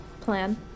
plan